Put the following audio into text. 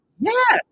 Yes